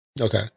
Okay